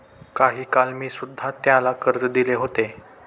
काही काळ मी सुध्धा त्याला कर्ज दिले होते